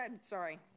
Sorry